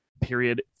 period